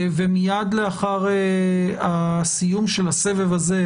ומייד לאחר הסיום של הסבב הזה,